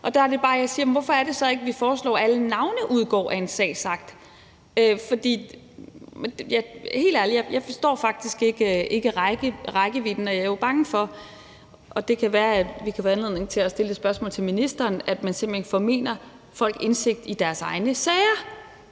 vi ikke foreslår, at alle navne udgår af en sagsakt. For helt ærligt forstår jeg faktisk ikke rækkevidden, og jeg er jo bange for – og det kan være, at vi kan få anledning til at stille det spørgsmål til ministeren – at man simpelt hen formener folk indsigt i deres egne sager.